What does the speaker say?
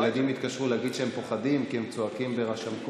הילדים התקשרו להגיד שהם פוחדים כי הם צועקים במגפון,